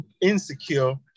insecure